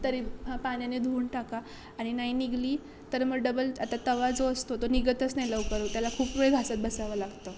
तरी हां पाण्याने धुऊन टाका आणि नाही निघली तर मग डबल आता तवा जो असतो तो निघतच नाही लवकर त्याला खूप वेळ घासत बसावं लागतं